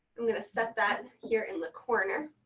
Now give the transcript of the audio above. i'm going to set that here in the corner.